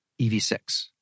EV6